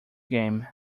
game